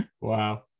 Wow